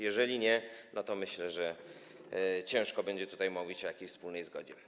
Jeżeli nie, to myślę, że ciężko będzie mówić o jakiejś wspólnej zgodzie.